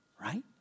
Right